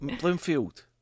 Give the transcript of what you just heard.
Bloomfield